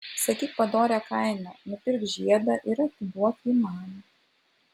sakyk padorią kainą nupirk žiedą ir atiduok jį man